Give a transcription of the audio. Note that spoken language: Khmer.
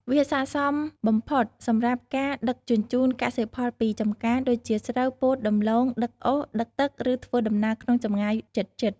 វាស័ក្តិសមបំផុតសម្រាប់ការ ដឹកជញ្ជូនកសិផលពីចម្ការ ដូចជាស្រូវ ពោត ដំឡូង ដឹកអុស ដឹកទឹក ឬធ្វើដំណើរក្នុងចម្ងាយជិតៗ ។